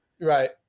Right